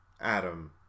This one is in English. adam